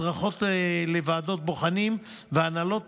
הדרכות לוועדות בוחנים והנהלות,